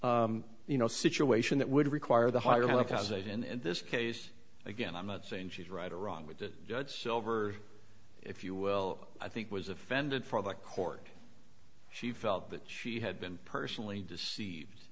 e you know situation that would require the higher look as asian in this case again i'm not saying she's right or wrong with the judge silver if you will i think was offended for the court she felt that she had been personally deceived